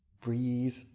breathe